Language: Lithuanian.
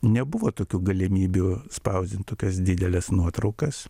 nebuvo tokių galimybių spausdint tokias dideles nuotraukas